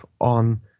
on